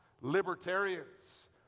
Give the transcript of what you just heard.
libertarians